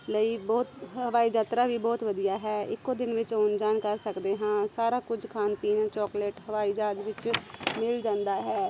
ਲਈ ਬਹੁਤ ਹਵਾਈ ਯਾਤਰਾ ਵੀ ਬਹੁਤ ਵਧੀਆ ਹੈ ਇੱਕ ਦਿਨ ਵਿੱਚ ਆਉਣ ਜਾਣ ਕਰ ਸਕਦੇ ਹਾਂ ਸਾਰਾ ਕੁਝ ਖਾਣ ਪੀਣ ਚੋਕਲੇਟ ਹਵਾਈ ਜਹਾਜ ਵਿੱਚ ਮਿਲ ਜਾਂਦਾ ਹੈ